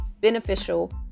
beneficial